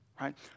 right